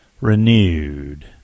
renewed